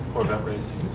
corvette racing.